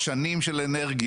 ועם שנים של אנרגיות.